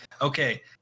Okay